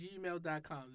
gmail.com